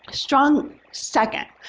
strong second,